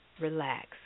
relax